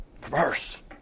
Perverse